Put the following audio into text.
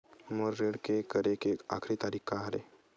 मोर ऋण के करे के आखिरी तारीक का हरे?